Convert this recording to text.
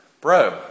bro